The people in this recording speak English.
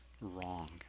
wrong